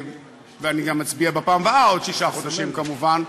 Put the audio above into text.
ואני גם אצביע בפעם הבאה, עוד שישה חודשים, כמובן,